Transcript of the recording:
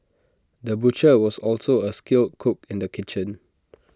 the butcher was also A skilled cook in the kitchen